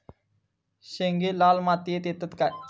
शेंगे लाल मातीयेत येतत काय?